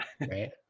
right